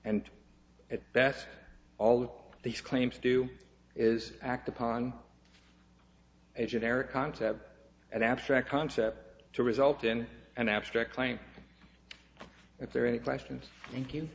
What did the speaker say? and at best all these claims do is act upon a generic concept an abstract concept to result in an abstract claim if there are any questions thank you